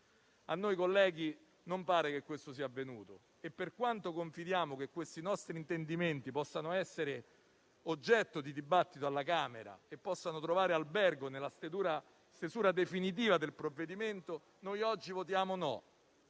A noi, colleghi, non pare che questo sia avvenuto e, per quanto confidiamo che i nostri intendimenti possano essere oggetto di dibattito alla Camera e possano trovare albergo nella stesura definitiva del provvedimento, oggi esprimeremo